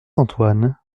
antoine